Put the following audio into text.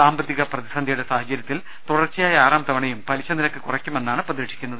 സാമ്പത്തിക പ്രതിസന്ധിയുടെ സാഹചര്യത്തിൽ തുടർച്ചയായ ആറാം തവണയും പലിശ നിരക്ക് കുറയ്ക്കുമെന്നാണ് പ്രതീക്ഷിക്കുന്നത്